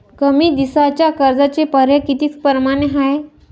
कमी दिसाच्या कर्जाचे पर्याय किती परमाने हाय?